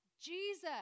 Jesus